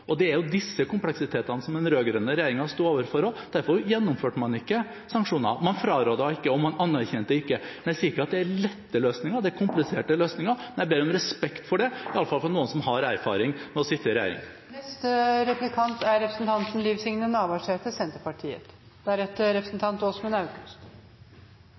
Det er jo disse kompleksitetene som den rød-grønne regjeringen sto overfor også. Derfor gjennomførte man ikke sanksjoner, man frarådet ikke, og man anerkjente ikke. Men jeg sier ikke at det er lette løsninger, det er kompliserte løsninger, og jeg ber om respekt for det, iallfall fra noen som har erfaring med å sitte i regjering.